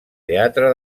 teatre